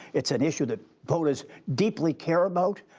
it's an issue that voters deeply care about.